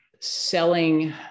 selling